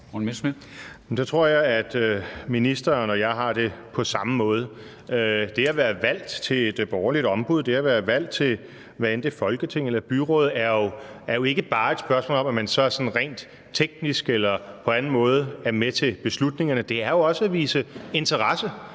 Der tror jeg, at ministeren og jeg har det på samme måde. Det at være valgt til et borgerligt ombud, det at være valgt, hvad enten det er til Folketinget eller til et byråd, er jo ikke bare et spørgsmål om, at man så sådan rent teknisk eller på anden måde er med til beslutningerne, men også om at vise interesse